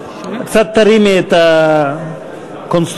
קצת תרימי את הקונסטרוקציה,